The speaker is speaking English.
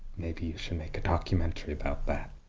maybe you should make a documentary about that.